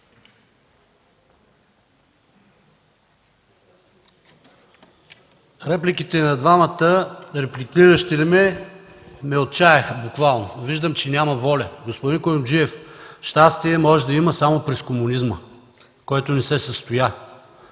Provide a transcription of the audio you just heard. Репликите и на двамата репликиращи ме отчаяха буквално. Виждам, че няма воля. Господин Куюмджев, щастие може да има само през комунизма, който не се състоя.